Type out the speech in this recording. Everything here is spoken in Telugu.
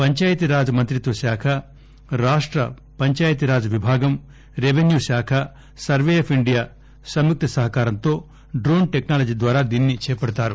పంచాయతిరాజ్మంత్రిత్వశాఖ రాష్ట పంచాయతిరాజ్ విభాగం revenue department survey of India సంయుక్త సహకారంతో డ్రోన్ టెక్సాలజీ ద్వారా దీనిని చేపడతారు